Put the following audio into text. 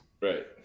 Right